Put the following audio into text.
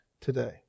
today